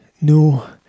no